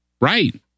Right